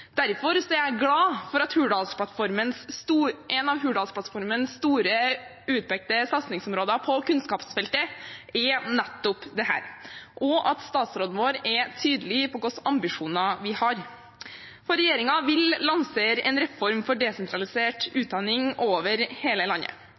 Derfor er jeg glad for at et av Hurdalsplattformens store utpekte satsingsområder på kunnskapsfeltet er nettopp dette, og at statsråden vår er tydelig på hvilke ambisjoner vi har. Regjeringen vil lansere en reform for desentralisert